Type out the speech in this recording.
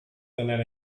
tener